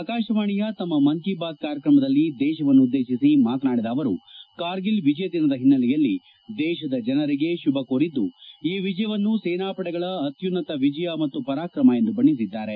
ಆಕಾಶವಾಣಿಯ ತಮ್ಮ ಮನ್ ಕಿ ಬಾತ್ ಕಾರ್ಯಕ್ರಮದಲ್ಲಿ ದೇಶವನ್ತು ಉದ್ದೇಶಿಸಿ ಮಾತನಾಡಿದ ಅವರು ಕಾರ್ಗಿಲ್ ವಿಜಯ ದಿನದ ಹಿನ್ನೆಲೆಯಲ್ಲಿ ದೇಶದ ಜನರಿಗೆ ಶುಭ ಕೋರಿದ್ದು ಈ ವಿಜಯವನ್ನು ಸೇನಾ ಪಡೆಗಳ ಅತ್ಯುನ್ತತ ವಿಜಯ ಮತ್ತು ಪರಾಕ್ರಮ ಎಂದು ಬಣ್ಣಿಸಿದ್ದಾರೆ